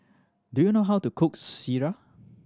do you know how to cook sireh